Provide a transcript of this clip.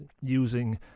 using